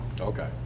Okay